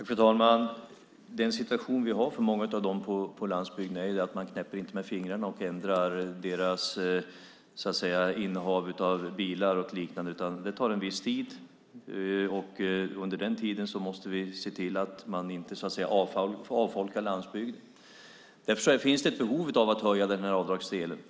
Fru talman! Den situation vi har för många på landsbygden är att man inte knäpper med fingrarna och ändrar deras innehav av bilar och liknande. Det tar en viss tid. Under den tiden måste vi se till att man inte avfolkar landsbygden. Därför finns det ett behov av att höja avdragsdelen.